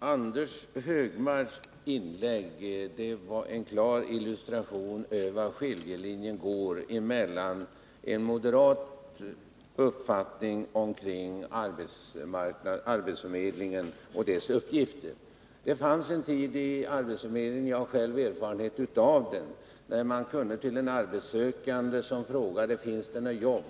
Herr talman! Anders Högmarks inlägg var en klar illustration av var skiljelinjen går mellan en socialdemokratisk och en moderat uppfattning om arbetsförmedlingen och dess uppgifter. Det fanns en tid — jag har själv erfarenhet av den — då man på arbetsförmedlingen endast kunde